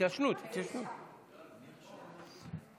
בדיוק סיפרתי עכשיו